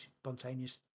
spontaneous